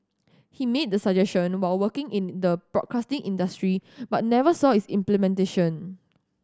he made the suggestion while working in the broadcasting industry but never saw its implementation